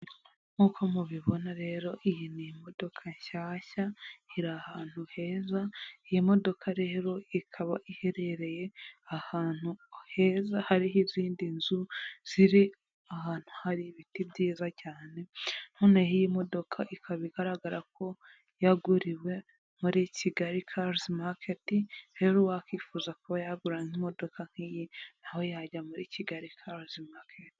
Nk'uko mubibona rero iyi ni imodoka nshyashya iri ahantu heza, iyi modoka rero ikaba iherereye ahantu heza hariho izindi nzu ziri ahantu hari ibiti byiza cyane, noneho iyi modoka ikaba igaragara ko yaguriwe muri kigali Kazi maketi, rero wakifuza kuba yagura nk'imodoka nk'iyi nawe yajya muri Kigali Kazi maketi.